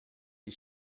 his